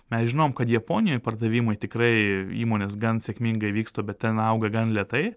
mes žinom kad japonijoj pardavimai tikrai įmonės gan sėkmingai vyksta bet ten auga gan lėtai